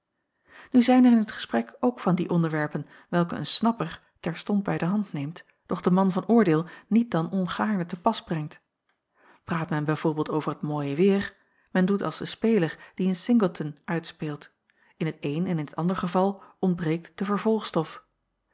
nu zijn er in t gesprek ook van die onderwerpen welke een snapper terstond bij de hand neemt doch de man van oordeel niet dan ongaarne te pas brengt praat men b v over t mooie weêr men doet als de speler die een singleton uitspeelt in t een en in t ander geval ontbreekt de